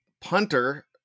punter